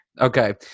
Okay